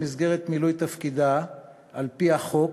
במסגרת מילוי תפקידה על-פי החוק,